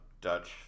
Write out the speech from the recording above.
Dutch